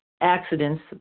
accidents